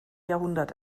jahrhundert